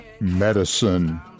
medicine